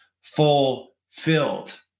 Fulfilled